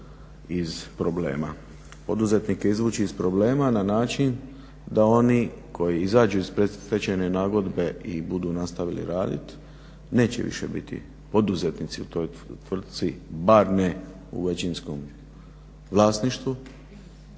iz problema. Poduzetnike izvući iz problema na način da oni koji izađu iz predstečajne nagodbe i budu nastavili radit neće više biti poduzetnici u toj tvrtci bar ne u većinskom vlasništvu